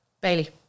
Bailey